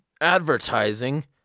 advertising